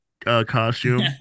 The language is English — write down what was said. costume